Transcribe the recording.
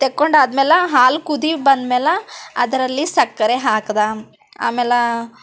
ತಗೊಂಡಾದ್ಮೇಲೆ ಹಾಲು ಕುದಿ ಬಂದ ಮ್ಯಾಲ ಅದರಲ್ಲಿ ಸಕ್ಕರೆ ಹಾಕಿದ ಆಮ್ಯಾಲ